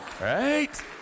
Right